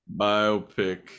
Biopic